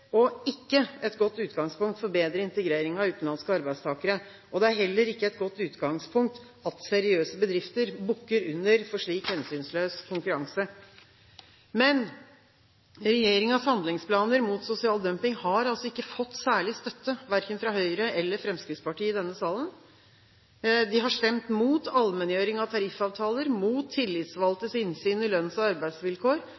og ikke et godt utgangspunkt for bedre integrering av utenlandske arbeidstakere. Det er heller ikke et godt utgangspunkt at seriøse bedrifter bukker under for slik hensynsløs konkurranse. Men regjeringens handlingsplaner mot sosial dumping har altså ikke fått særlig støtte verken fra Høyre eller Fremskrittspartiet i denne salen. De har stemt mot allmenngjøring av tariffavtaler, mot